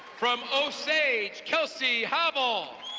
from owe sage, kelsey hubble.